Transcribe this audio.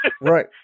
Right